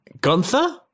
Gunther